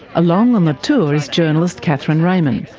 along on the tour is journalist cathryn ramin,